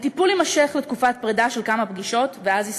הטיפול יימשך לתקופת פרידה של כמה פגישות ואז יסתיים.